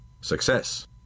Success